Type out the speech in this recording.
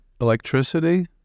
electricity